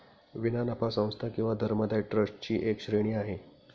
विना नफा संस्था किंवा धर्मदाय ट्रस्ट ची एक श्रेणी आहे